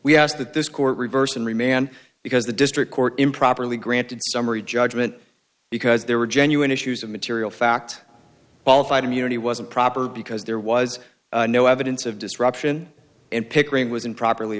we asked that this court reversed and remanded because the district court improperly granted summary judgment because there were genuine issues of material fact qualified immunity wasn't proper because there was no evidence of disruption and pickering was improperly